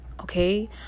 okay